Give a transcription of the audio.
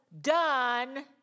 done